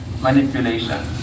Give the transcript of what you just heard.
manipulation